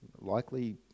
likely